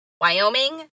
Wyoming